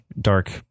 dark